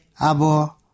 abo